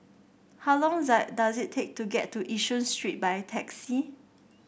how long does it take to get to Yishun Street by taxi